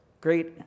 great